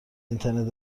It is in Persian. اینترنت